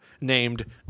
named